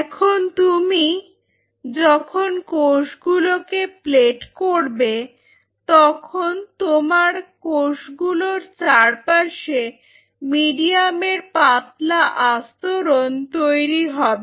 এখন তুমি যখন কোষগুলোকে প্লেট করবে তখন তোমার কোষগুলোর চারপাশে মিডিয়ামের পাতলা আস্তরণ তৈরি হবে